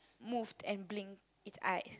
moved and blinked its eyes